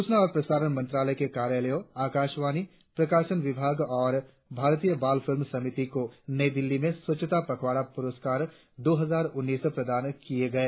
सूचना और प्रसारण मंत्रालय के कार्यालयों आकाशवाणी प्रकाशन विभाग और भारतीय बाल फिल्म समिति को नई दिल्ली में स्वच्छता पखवाड़ा पुरस्कार दो हजार उन्नीस प्रदान किए गए